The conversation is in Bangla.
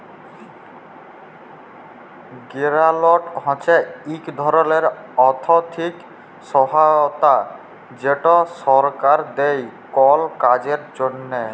গেরালট হছে ইক ধরলের আথ্থিক সহায়তা যেট সরকার দেই কল কাজের জ্যনহে